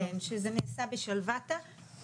שזה נעשה בשלוותה.